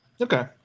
Okay